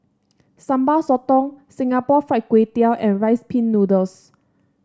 Sambal Sotong Singapore Fried Kway Tiao and Rice Pin Noodles